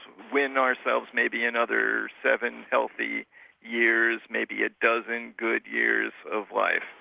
win ourselves maybe another seven healthy years, maybe a dozen good years of life.